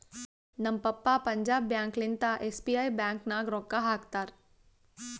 ನಮ್ papa Punjab bank ಲಿಂತಾ SBI bank ನಾಗ್ ರೊಕ್ಕಾ ಹಾಕ್ತಾರ್